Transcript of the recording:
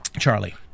Charlie